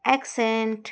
accent